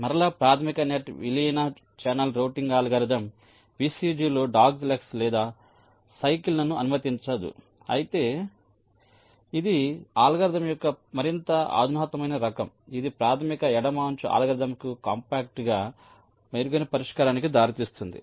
మరలా ప్రాథమిక నెట్ విలీన ఛానల్ రౌటింగ్ అల్గోరిథం VCG లో డాగ్లెగ్స్ లేదా సైకిల్లను అనుమతించదు అయితే ఇది అల్గోరిథం యొక్క మరింత అధునాతనమైన రకం ఇది ప్రాథమిక ఎడమ అంచు అల్గోరిథంకు కాంపాక్ట్గా మెరుగైన పరిష్కారానికి దారితీస్తుంది